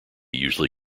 usually